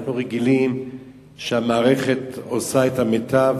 אנחנו רגילים שהמערכת עושה את המיטב,